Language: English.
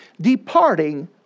departing